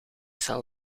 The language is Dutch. zal